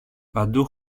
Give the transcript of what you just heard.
παντού